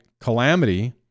calamity